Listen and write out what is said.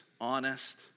honest